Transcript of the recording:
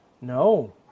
No